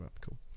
cool